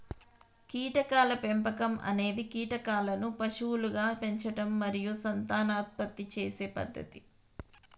కీటకాల పెంపకం అనేది కీటకాలను పశువులుగా పెంచడం మరియు సంతానోత్పత్తి చేసే పద్ధతి